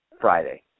Friday